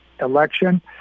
election